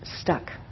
stuck